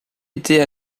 était